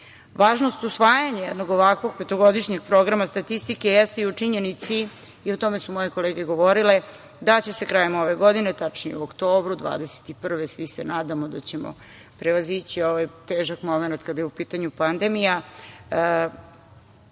usvajanja jednog ovakvog petogodišnjeg programa statistike jeste i u činjenici, i o tome su moje kolege govorile, da će se krajem ove godine, tačnije u oktobru 2021. godine, svi se nadamo da ćemo prevazići ovaj težak momenat kada je u pitanju pandemija,